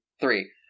three